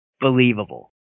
believable